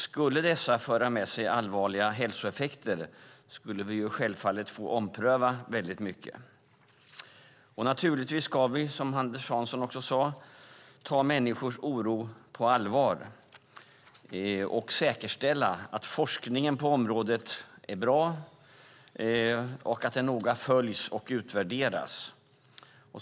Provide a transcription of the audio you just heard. Skulle dessa föra med sig allvarliga hälsoeffekter skulle vi självfallet få ompröva mycket. Naturligtvis ska vi, som Anders Hansson också sade, ta människors oro på allvar och säkerställa att forskningen på området är bra och att den noga följs och utvärderas.